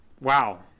Wow